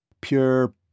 Pure